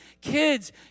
kids